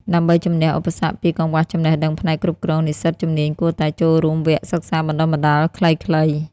ដើម្បីជំនះឧបសគ្គពី កង្វះចំណេះដឹងផ្នែកគ្រប់គ្រង និស្សិតជំនាញគួរតែចូលរួមវគ្គសិក្សាបណ្តុះបណ្តាលខ្លីៗ។